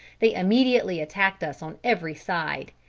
they immediately attacked us on every side,